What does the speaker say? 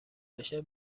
بشه